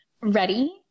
Ready